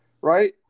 right